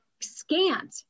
scant